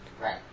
Right